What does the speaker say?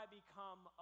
become